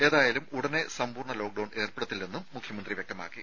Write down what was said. ഏതായാലും ഉടനെ സമ്പൂർണ്ണ ലോക്ഡൌൺ ഏർപ്പെടുത്തില്ലെന്ന് മുഖ്യമന്ത്രി വ്യക്തമാക്കി